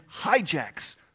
hijacks